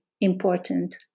important